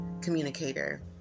communicator